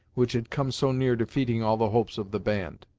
which had come so near defeating all the hopes of the band.